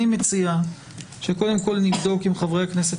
אני מציע שקודם כול נבדוק עם חברי הכנסת